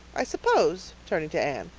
i suppose, turning to anne,